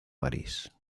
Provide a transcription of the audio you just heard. parís